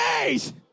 days